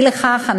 אי לכך,